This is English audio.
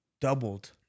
doubled